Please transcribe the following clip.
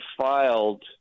filed